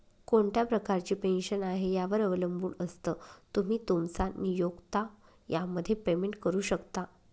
कोणत्या प्रकारची पेन्शन आहे, यावर अवलंबून असतं, तुम्ही, तुमचा नियोक्ता यामध्ये पेमेंट करू शकता